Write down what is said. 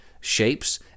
shapes